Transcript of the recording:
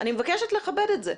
אני מבקשת לכבד את זה.